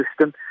system